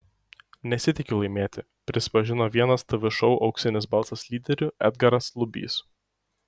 nesitikiu laimėti prisipažino vienas tv šou auksinis balsas lyderių edgaras lubys